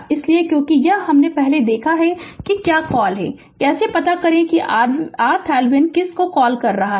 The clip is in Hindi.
इसलिए क्योंकि यह हमने पहले देखा है कि क्या कॉल करें कैसे पता करें कि RThevenin किस कॉल को कॉल करता है